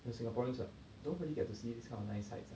and singaporeans ah don't really get to see this kind of nice sights ah